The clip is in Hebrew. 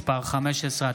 הגדלת מענק חימום),